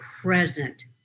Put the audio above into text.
present